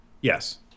Yes